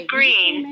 Green